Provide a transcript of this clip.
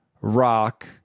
Rock